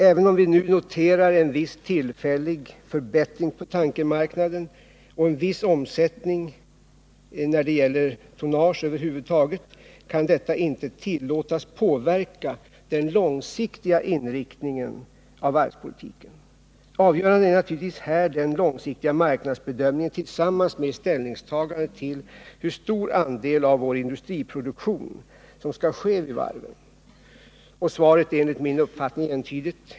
Även om vi nu noterar en viss tillfällig förbättring på tankermarknaden och en viss omsättning när det gäller tonnage över huvud taget kan detta inte tillåtas påverka den långsiktiga inriktningen av varvspolitiken. Avgörande är naturligtvis här den långsiktiga marknadsbedömningen tillsammans med ställningstagandet till hur stor andel av vår industriproduktion som skall ske Nr 59 vid varven. Svaret är enligt min uppfattning entydigt.